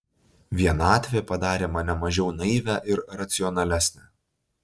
vienatvė padarė mane mažiau naivią ir racionalesnę